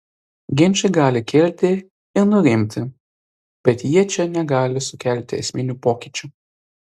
ginčai gali kilti ir nurimti bet jie čia negali sukelti esminių pokyčių